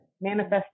manifest